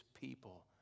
people